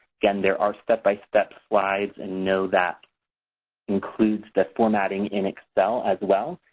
again, there are step-by-step slides. and know that includes the formatting in excel as well.